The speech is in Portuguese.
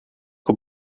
que